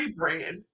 rebrand